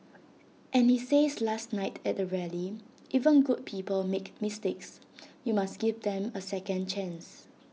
and he says last night at the rally even good people make mistakes you must give them A second chance